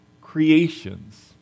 creations